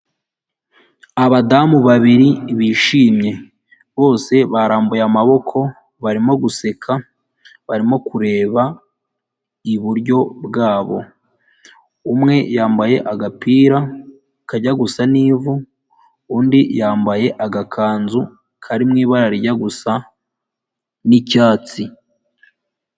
Abadamu babiri bishimye, bose barambuye amaboko barimo guseka, barimo kureba iburyo bwabo; umwe yambaye agapira kajya gusa n'ivu, undi yambaye agakanzu kari mu ibara rijya gusa n'icyatsi.